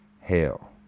Hail